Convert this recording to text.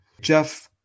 Jeff